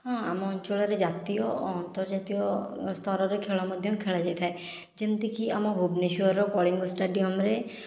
ହଁ ଆମ ଅଞ୍ଚଳରେ ଜାତୀୟ ଓ ଅନ୍ତର୍ଜାତୀୟ ସ୍ତରରେ ଖେଳ ମଧ୍ୟ ଖେଳା ଯାଇଥାଏ ଯେମିତିକି ଆମ ଭୁବନେଶ୍ୱରର କଳିଙ୍ଗ ଷ୍ଟାଡ଼ିୟମରେ